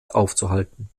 aufzuhalten